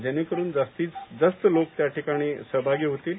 जेणेकरून जास्तीत जास्त लोक त्याठिकाणी सहभागी होतील